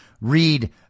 read